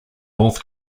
north